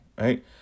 right